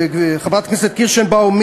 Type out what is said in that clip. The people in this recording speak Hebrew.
חברת הכנסת קירשנבאום,